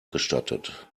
gestattet